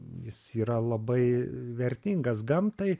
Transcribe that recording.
jis yra labai vertingas gamtai